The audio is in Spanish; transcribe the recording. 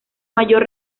mayor